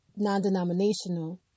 non-denominational